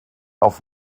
auf